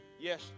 Yes